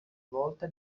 volta